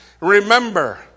Remember